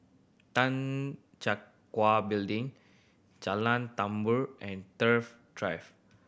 Tan Check Gua Building Jalan Tambur and Thrift Drive